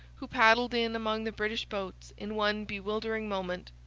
who paddled in among the british boats in one bewildering moment.